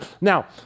Now